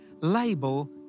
label